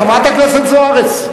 חברת הכנסת זוארץ.